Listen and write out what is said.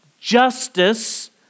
justice